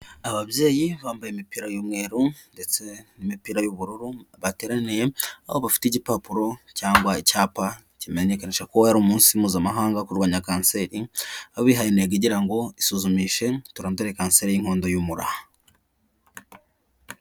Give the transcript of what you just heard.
Ababyeyi bambaye imipira y'umweru ndetse n'imipira y'ubururu bateraniye, aho bafite igipapuro cyangwa icyapa kimenyekanisha ko wari umunsi mpuzamahanga wo kurwanya kanseri , aho bihaye intego igira iti, isuzumishe turandure kanseri y'inkondo y'umura.